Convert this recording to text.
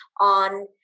on